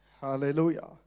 hallelujah